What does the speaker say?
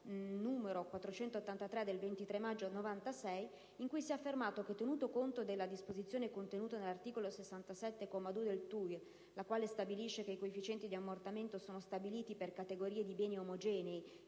n. 483/E del 23 maggio 1996, in cui si è affermato che «tenuto conto della disposizione contenuta nell'articolo 67, comma 2, del TUIR, la quale dispone che i coefficienti di ammortamento sono stabiliti per categorie di beni omogenei